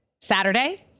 Saturday